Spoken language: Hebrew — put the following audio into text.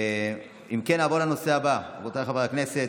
אם כן, נעבור לנושא הבא, רבותיי חברי הכנסת,